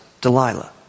Delilah